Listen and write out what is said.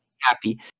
happy